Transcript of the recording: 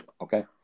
Okay